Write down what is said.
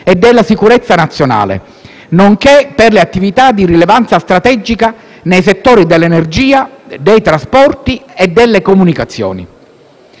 e della sicurezza nazionale, nonché per le attività di rilevanza strategica nei settori dell'energia, dei trasporti e delle comunicazioni».